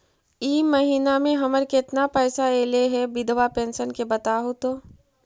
इ महिना मे हमर केतना पैसा ऐले हे बिधबा पेंसन के बताहु तो?